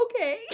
Okay